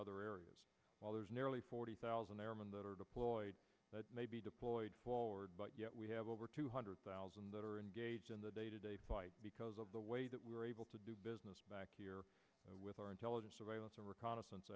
other areas where there's nearly forty thousand airmen that are deployed maybe deployed forward but yet we have over two hundred thousand that are engaged in the day to day fight because of the way that we're able to do business back here with our intelligence surveillance and reconnaissance